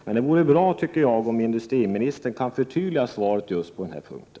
Men det vore bra, tycker jag, om industriministern kunde förtydliga svaret på den här punkten.